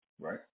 Right